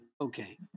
Okay